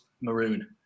maroon